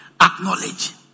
acknowledge